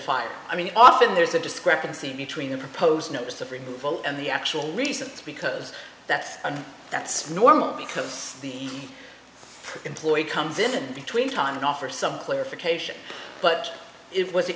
fight i mean often there's a discrepancy between the proposed notice to free will and the actual reasons because that's that's normal because the employee comes in between time and offer some clarification but it was